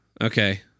okay